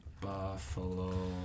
Buffalo